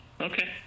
okay